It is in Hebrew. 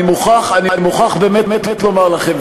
אני מוכרח באמת לומר לכם,